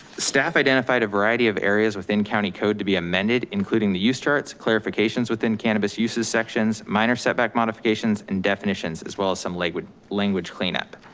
staff identified a variety of areas within county code to be amended including the use charts clarifications within cannabis uses sections, minor setback modifications and definitions as well as some language language cleanup.